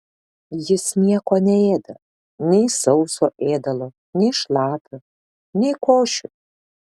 jis nieko neėda nei sauso ėdalo nei šlapio nei košių